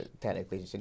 technically